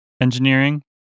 engineering